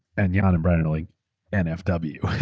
and jan and brian are like nfw.